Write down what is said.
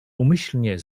umyślnie